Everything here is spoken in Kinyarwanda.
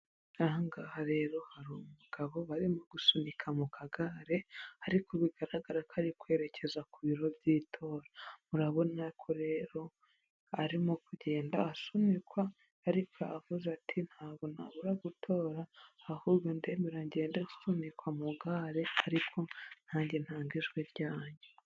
Aha ngaha rero hari umugabo barimo gusunika mu kagare ariko bigaragara ko ari kwerekeza ku biro by'itora, murabona ko rero arimo kugenda asunikwa ariko aravuze ati'' ntabwo nabura gutora ahubwo ndemera ngende nsunikwa mu kagare ariko nanjye ntange ijwi ryanjye".